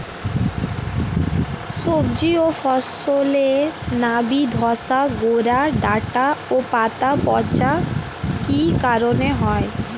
সবজি ও ফসলে নাবি ধসা গোরা ডাঁটা ও পাতা পচা কি কারণে হয়?